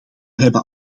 hebben